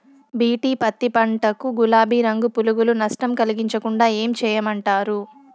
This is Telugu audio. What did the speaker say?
బి.టి పత్తి పంట కు, గులాబీ రంగు పులుగులు నష్టం కలిగించకుండా ఏం చేయమంటారు?